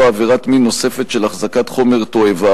עבירת מין נוספת של החזקת חומר תועבה